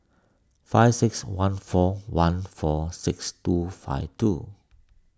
five six one four one four six two five two